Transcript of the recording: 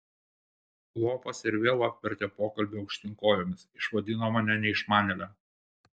lopas ir vėl apvertė pokalbį aukštyn kojomis išvadino mane neišmanėle